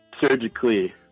surgically